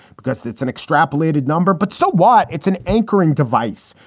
because that's an extrapolated number. but so what? it's an anchoring device.